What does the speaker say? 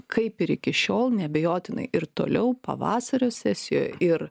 kaip ir iki šiol neabejotinai ir toliau pavasario sesijoj ir